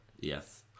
Yes